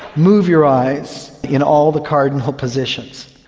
move your eyes in all the cardinal positions.